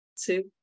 two